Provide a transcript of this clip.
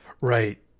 Right